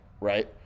right